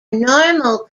normal